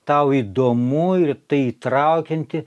tau įdomu ir tai įtraukianti